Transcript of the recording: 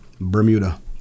Bermuda